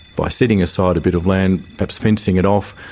by setting aside a bit of land, perhaps fencing it off,